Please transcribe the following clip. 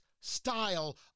style